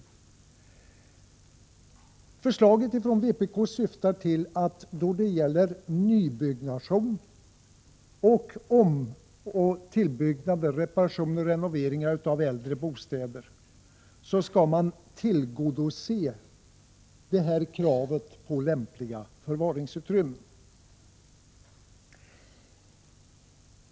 Förslaget från vpk syftar till att man, då det gäller nybyggnation, omoch tillbyggnader, reparation och renovering av äldre bostäder, skall tillgodose kravet på lämpliga förvaringsutrymmen.